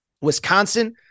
Wisconsin